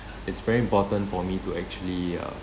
it's very important for me to actually uh